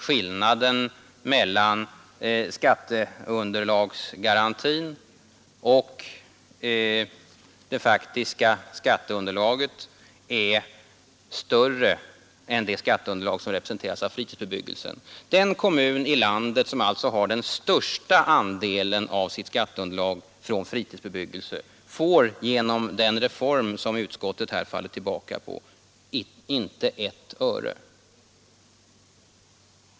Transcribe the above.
Skillnaden mellan skatteunderlagsgarantin och det faktiska skatteunderlaget är större än det skatteunderlag som representeras av fritidsbebyggelsen. Den kommun i landet som har den största andelen av sitt skatteunderlag från fritidsbebyggelse får alltså genom den reform som utskottet här faller tillbaka på inte ett öre.